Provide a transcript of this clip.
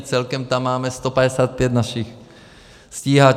Celkem tam máme 155 našich stíhačů.